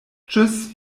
tschüss